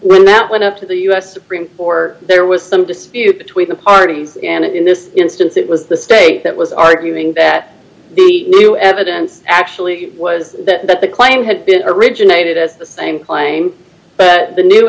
when that went up to the u s supreme for there was some dispute between the parties and in this instance it was the state that was arguing that the new evidence actually was that the claim had been originated as the same claim but the new